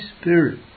spirit